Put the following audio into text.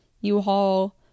U-Haul